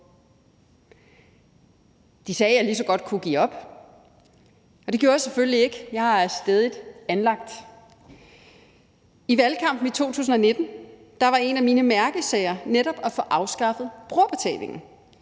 De sagde, at jeg lige så godt kunne give op, og det gjorde jeg selvfølgelig ikke. Jeg er stædigt anlagt. I valgkampen i 2019 var en af mine mærkesager netop at få afskaffet brugerbetalingen,